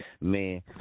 man